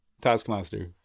Taskmaster